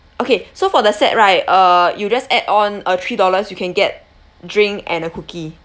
okay so for the set right uh you just add on a three dollars you can get drink and a cookie